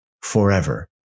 forever